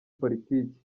politiki